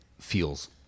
feels